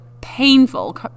painful